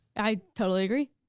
i totally agree,